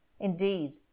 Indeed